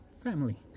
family